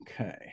Okay